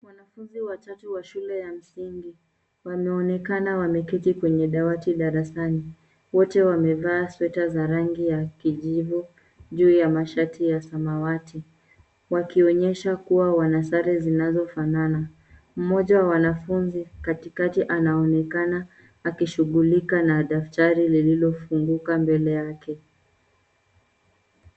Wanafunzi watatu wa shule ya msingi, wanaonekana wameketi kwenye dawati darasani. Wote wamevaa sweta za rangi ya kijivu, juu ya mashati ya samawati, wakionyesha kuwa wana sare zinazofanana. Mmoja wa wanafunzi katikati anaonekana akishughulika na daftari lililofunguka mbele yake.